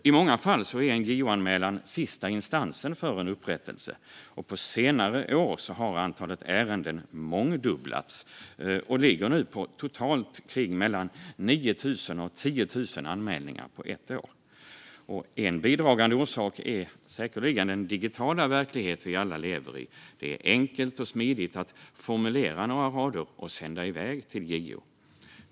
I många fall är en JO-anmälan sista instansen för en upprättelse. På senare år har antalet ärenden mångdubblats, och de ligger nu på 9 000-10 000 anmälningar under ett år. En bidragande orsak är säkerligen den digitala verklighet vi alla lever i. Det är enkelt och smidigt att formulera några rader och sända iväg till JO.